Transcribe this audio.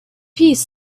piece